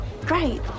Great